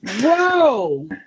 Whoa